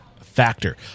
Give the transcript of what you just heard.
factor